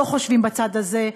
לא חושבים בצד הזה,